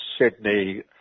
Sydney